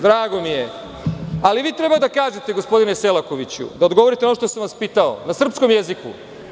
Drago mi je, ali vi treba da kažete gospodine Seklakoviću, da odgovorite ono što sam vas pitao na srpskom jeziku.